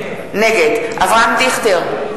נגד אברהם דיכטר,